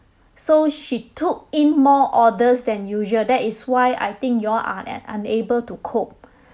so she took in more orders than usual that is why I think you all are una~ unable to cope